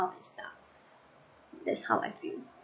all that stuff that's how I feel